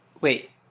Wait